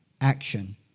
action